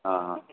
हाँ हाँ